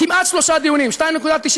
כמעט שלושה דיונים, 2.93,